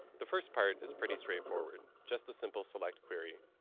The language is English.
the first part is pretty straightforward, just a simple select query.